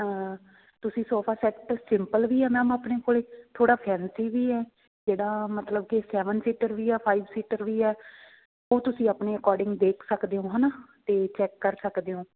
ਤੁਸੀਂ sofa set simple ਵੀ ਆ ਮੈਮ ਆਪਣੇ ਕੋਲ ਥੋੜ੍ਹਾ ਫੈਂਸੀ ਵੀ ਏ ਜਿਹੜਾ ਮਤਲਬ ਕਿ ਸੈਵਨ ਸੀਟਰ ਵੀ ਆ ਫਾਇਵ ਸੀਟਰ ਵੀ ਹੈ ਉਹ ਤੁਸੀਂ ਆਪਣੇ ਅਕੋਰਡਿੰਗ ਦੇਖ ਸਕਦੇ ਹੋ ਹੈ ਨਾ ਅਤੇ ਚੈੱਕ ਕਰ ਸਕਦੇ ਹੋ